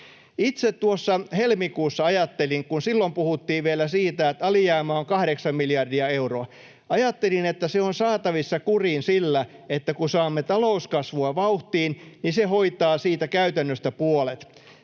Itse helmikuussa ajattelin, kun silloin puhuttiin vielä siitä, että alijäämä on 8 miljardia euroa, että se on saatavissa kuriin sillä, että kun saamme talouskasvua vauhtiin, niin se hoitaa siitä käytännössä puolet.